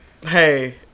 Hey